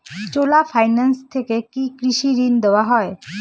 চোলা finance থেকে কি কৃষি ঋণ দেওয়া হয়?